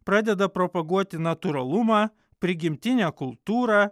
pradeda propaguoti natūralumą prigimtinę kultūrą